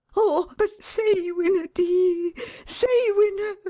oh, but say he winna dee say he winna!